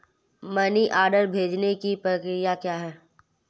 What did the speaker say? Money order भेजने की प्रक्रिया क्या है?